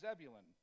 Zebulun